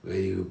where you